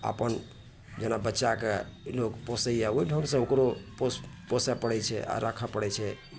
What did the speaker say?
अपन जेना बच्चाके लोग पोसैए ओहि ढङ्ग से ओकरो पोस पोसए पड़ैत छै आ राखऽ पड़ैत छै